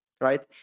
right